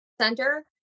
center